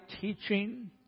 teaching